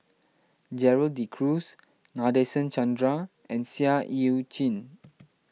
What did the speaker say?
Gerald De Cruz Nadasen Chandra and Seah Eu Chin